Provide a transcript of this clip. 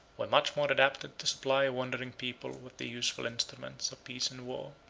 were much more adapted to supply a wandering people with the useful instruments of peace and war.